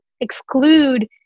exclude